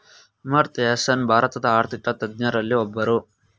ಅಮರ್ತ್ಯಸೇನ್ ಭಾರತದ ಆರ್ಥಿಕ ತಜ್ಞರಲ್ಲಿ ಒಬ್ಬರು